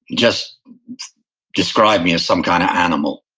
just describe me as some kind of animal.